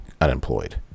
unemployed